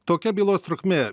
tokia bylos trukmė